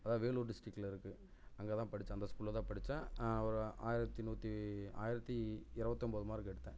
அதாவது வேலூர் டிஸ்ட்ரிக்ல இருக்குது அங்கே தான் படித்தேன் அந்த ஸ்கூல்ல தான் படித்தேன் ஒரு ஆயிரத்தி நூற்று ஆயிரத்தி இருவத்தொம்போது மார்க் எடுத்தேன்